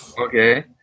Okay